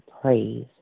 praise